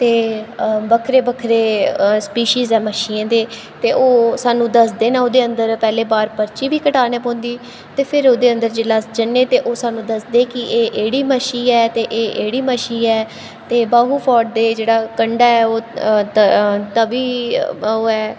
ते बक्खरे बक्खरे सपिशिस ऐ मच्छियें दे ते ओह् सानूं दसदे न ओह्दे अंदर पैह्लें बाह्र पर्ची बी कटाने पौंदी ते फिर ओह्दे अन्दर जिसलै अस जन्ने ते ओह् सानूं दसदे कि एह् एह्ड़ी मच्छी ऐ ते एह् एह्ड़ी मच्छी ऐ ते बाहु फोर्ट दे जेह्ड़ा कंडै ओह् तवी ओह् ऐ